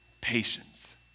patience